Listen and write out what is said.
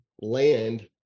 land